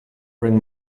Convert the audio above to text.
bring